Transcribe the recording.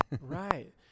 Right